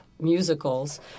musicals